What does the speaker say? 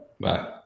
Bye